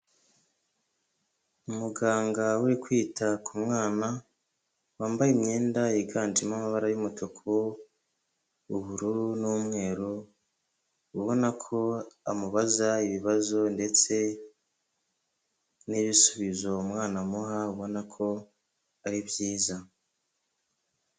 Umuganga uri kwita ku mwana, wambaye imyenda yiganjemo amabara y'umutuku, ubururu n'umweru, ubona ko amubaza ibibazo ndetse n'ibisubizo uwo mwana amuha, ubona ko ari byiza,